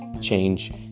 change